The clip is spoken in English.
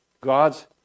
God's